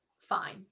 fine